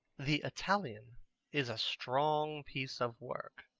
the italian is a strong piece of work.